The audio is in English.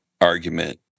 argument